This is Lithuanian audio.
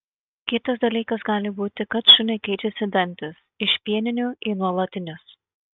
kitas dalykas gali būti kad šuniui keičiasi dantys iš pieninių į nuolatinius